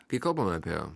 kai kalbame apie